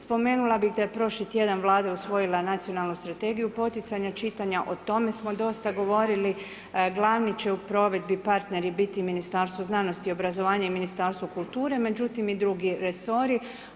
Spomenula bi da je prošli tjedan Vlada usvojila nacionalnu strategiju poticanja čitanja, o tome smo dosta govorili, glavni će u provedbi partneri biti Ministarstvo znanosti i obrazovanja i Ministarstvo kulture međutim i drugi resori.